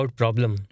problem